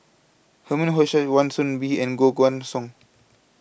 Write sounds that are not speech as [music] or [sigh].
Herman Hochstadt Wan Soon Bee and Koh Guan Song [noise]